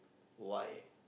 why